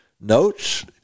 notes